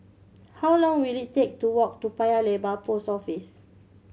how long will it take to walk to Paya Lebar Post Office